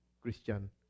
Christian